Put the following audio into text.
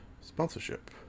sponsorship